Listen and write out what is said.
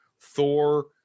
Thor